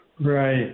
Right